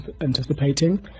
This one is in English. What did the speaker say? anticipating